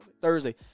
Thursday